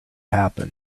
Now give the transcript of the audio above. happen